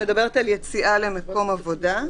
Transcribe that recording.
שמדברת על יציאה למקום עבודה,